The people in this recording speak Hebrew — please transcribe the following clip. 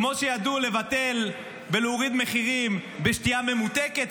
כמו שידעו לבטל ולהוריד מחירים בשתייה הממותקת,